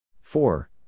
Four